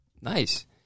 Nice